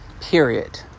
Period